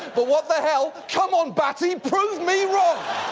but what the hell. come on, batty! prove me wrong!